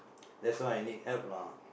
that's why I need help lah